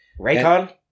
Raycon